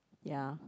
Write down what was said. ya